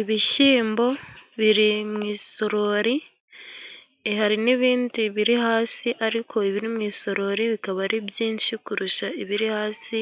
Ibishyimbo biri mu i isorori hari n'ibindi biri hasi, ariko ibiri mu isorori bikaba ari byinshi kurusha ibiri hasi.